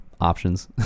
options